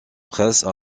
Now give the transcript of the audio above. presse